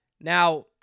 Now